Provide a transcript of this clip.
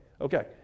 Okay